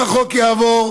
אם החוק יעבור,